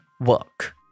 Work